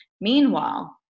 meanwhile